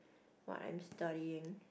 not I'm studying